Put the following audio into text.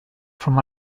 from